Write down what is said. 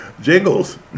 Jingles